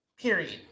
period